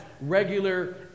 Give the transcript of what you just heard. regular